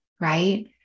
right